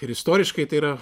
ir istoriškai tai yra